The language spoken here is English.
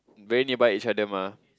very nearby each other mah